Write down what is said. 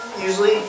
usually